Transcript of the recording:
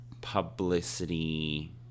publicity